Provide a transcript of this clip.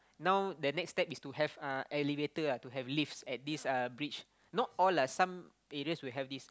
now the next step is to have uh elevator ah to have lifts at this uh bridge not all lah some areas will have this